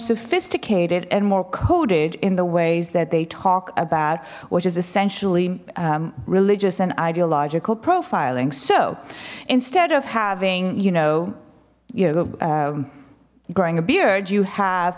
sophisticated and more coded in the ways that they talk about which is essentially religious and ideological profiling so instead of having you know you know growing a beard you have